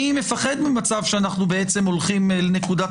אני מפחד ממצב שאנחנו בעצם הולכים לנקודת